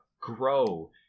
grow